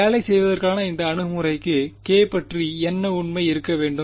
வேலை செய்வதற்கான இந்த அணுகுமுறைக்கு k பற்றி என்ன உண்மை இருக்க வேண்டும்